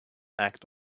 act